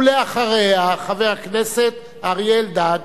ואחריה, חבר הכנסת אריה אלדד.